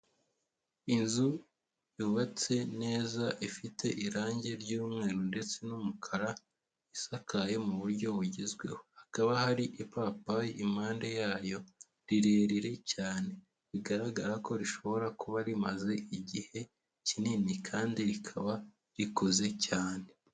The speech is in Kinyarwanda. Inzu yubatse neza ifite irangi ry'umweru ndetse n'umukara isakaye mu buryo bugezweho. Hakaba hari ipapayi impande yayo rirerire cyane. Bigaragara ko rishobora kuba rimaze igihe kinini kandi rikaba rikuze cyane.